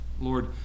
Lord